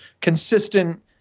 consistent